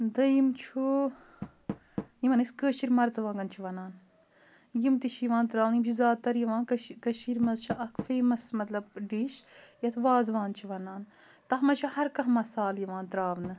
دٔیِم چھُ یِمَن أسۍ کٲشِر مَرژٕوانٛگَن چھِ وَنان یِم تہِ چھِ یِوان ترٛاونہٕ یِم چھِ زیادٕ تَر یِوان کٔش کٔشیٖر مَنٛز چھِ اَکھ فیمَس مطلب ڈِش یَتھ وازوان چھِ وَنان تَتھ منٛز چھِ ہَر کانٛہہ مسالہٕ یِوان ترٛاونہٕ